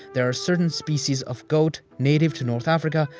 there are certain species of goat, native to north africa,